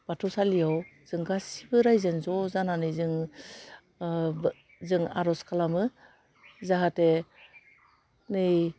बाथौसालियाव जों गासिबो रायजोआनो ज' जानानै जों ओह जों आर'ज खालामो जाहाथे नै